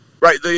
right